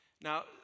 Now